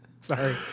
Sorry